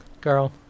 Girl